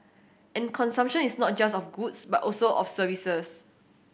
and consumption is not just of goods but also of services